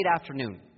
afternoon